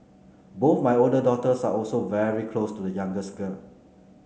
both my older daughters are also very close to the youngest girl